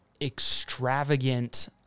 extravagant